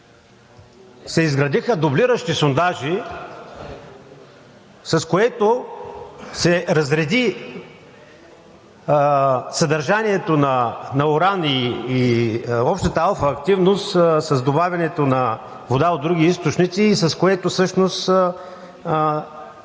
се изградиха дублиращи сондажи, с което се разреди съдържанието на уран и общата алфа активност с добавянето на вода от други източници. С това всъщност